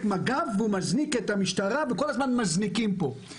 מג"ב והוא מזניק את המשטרה וכל הזמן מזניקים פה.